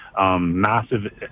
massive